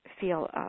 feel